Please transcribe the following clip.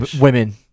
women